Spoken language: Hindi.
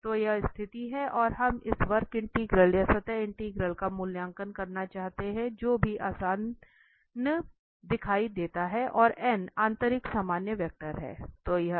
तो यह स्थिति है और हम इस वक्र इंटीग्रल या सतह इंटीग्रल का मूल्यांकन करना चाहते हैं जो भी आसान दिखाई देता है और आंतरिक सामान्य वेक्टर है